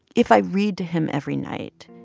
if i read to him every night,